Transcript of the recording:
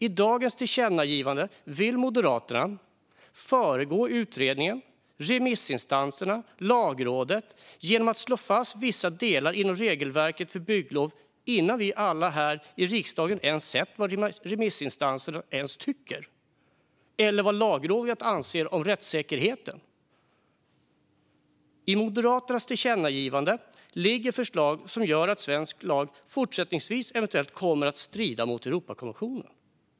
I dagens tillkännagivande vill Moderaterna föregå utredningen, remissinstanserna och Lagrådet genom att slå fast vissa delar inom regelverket för bygglov innan vi alla här i riksdagen ens sett vad remissinstanser tycker eller vad Lagrådet anser om rättssäkerheten. I Moderaternas tillkännagivande finns förslag som gör att svensk lag fortsättningsvis kan komma att strida mot Europakonventionen.